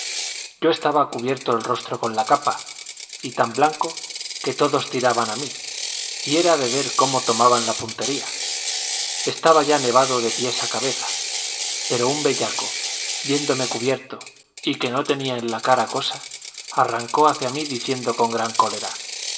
yo estaba cubierto el rostro con la capa y tan blanco que todos tiraban a mí y era de ver cómo tomaban la puntería estaba ya nevado de pies a cabeza pero un bellaco viéndome cubierto y que no tenía en la cara cosa arrancó hacia mí diciendo con gran cólera